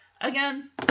Again